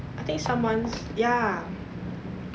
I think someone's ya